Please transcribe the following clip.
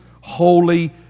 holy